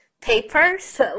Papers